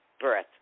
birth